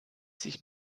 sich